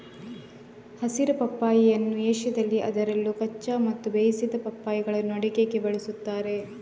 ಹಸಿರು ಪಪ್ಪಾಯಿಯನ್ನು ಏಷ್ಯಾದಲ್ಲಿ ಅದರಲ್ಲೂ ಕಚ್ಚಾ ಮತ್ತು ಬೇಯಿಸಿದ ಪಪ್ಪಾಯಿಗಳನ್ನು ಅಡುಗೆಗೆ ಬಳಸುತ್ತಾರೆ